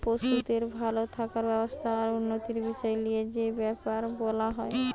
পশুদের ভাল থাকার ব্যবস্থা আর উন্নতির বিষয় লিয়ে যে বেপার বোলা হয়